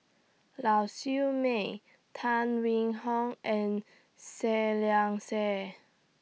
Lau Siew Mei Tan Wing Hong and Seah Liang Seah